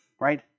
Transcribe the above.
right